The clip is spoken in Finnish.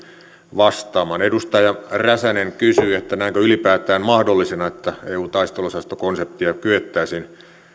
vastaamaan edustaja räsänen kysyi näenkö ylipäätään mahdollisena että eun taisteluosastokonseptia kyettäisiin